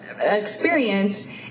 experience